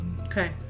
Okay